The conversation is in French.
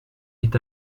est